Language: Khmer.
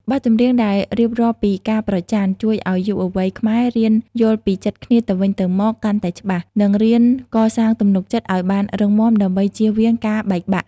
បទចម្រៀងដែលរៀបរាប់ពី "ការប្រច័ណ្ឌ" ជួយឱ្យយុវវ័យខ្មែររៀនយល់ពីចិត្តគ្នាទៅវិញទៅមកកាន់តែច្បាស់ និងរៀនកសាងទំនុកចិត្តឱ្យបានរឹងមាំដើម្បីចៀសវាងការបែកបាក់។